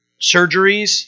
surgeries